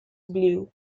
blue